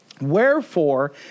wherefore